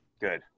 Good